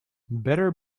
better